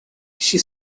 she